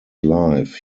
life